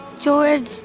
George